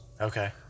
Okay